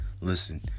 Listen